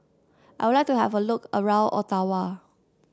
I would like to have a look around Ottawa